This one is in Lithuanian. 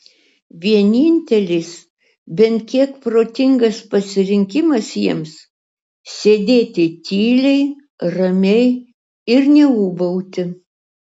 vienintelis bent kiek protingas pasirinkimas jiems sėdėti tyliai ramiai ir neūbauti